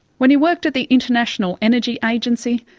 when he worked at the international energy agency,